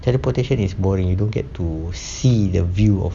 teleportation is boring you don't get to see the view of